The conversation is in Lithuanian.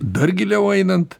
dar giliau einant